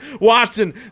Watson